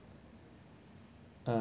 uh~